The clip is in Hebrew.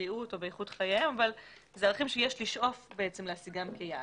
בבריאות או באיכות חייהם אבל אלה ערכים שיש לשאוף להשיגם כיעד.